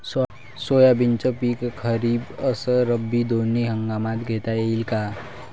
सोयाबीनचं पिक खरीप अस रब्बी दोनी हंगामात घेता येईन का?